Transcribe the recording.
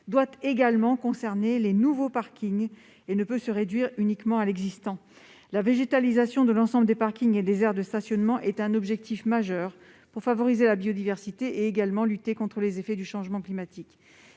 doit également concerner les nouveaux parkings et ne peut se réduire uniquement à l'existant. La végétalisation de l'ensemble des parkings et des aires de stationnement est un objectif majeur pour favoriser la biodiversité et lutter contre les effets du changement climatique.